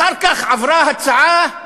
אחר כך עברה הצעה,